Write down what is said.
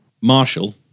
Marshall